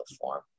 form